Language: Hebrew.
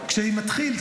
כשזה מתחיל,